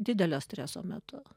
didelio streso metu